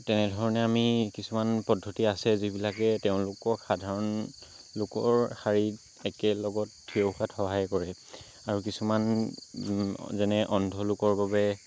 তেনেধৰণে আমি কিছুমান পদ্ধতি আছে যিবিলাকে তেওঁলোকক সাধাৰণ লোকৰ শাৰীত একেলগত থিয় হোৱাত সহায় কৰে আৰু কিছুমান যেনে অন্ধলোকৰ বাবে